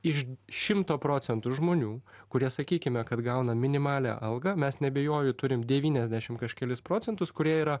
iš šimto procentų žmonių kurie sakykime kad gauna minimalią algą mes neabejoju turim devyniasdešimt kažkelis procentus kurie yra